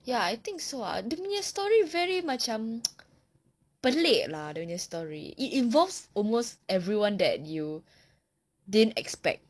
ya I think so dia punya story very pelik lah dia punya story it involves almost everyone that you didn't expect